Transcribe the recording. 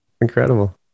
incredible